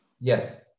Yes